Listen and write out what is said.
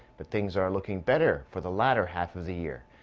but things are looking better for the latter half of the year.